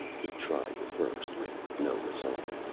he tried the first, with no result.